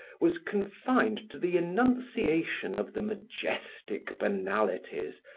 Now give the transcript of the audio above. was confined to the enunciation of the majestic banalities,